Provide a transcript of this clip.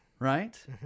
Right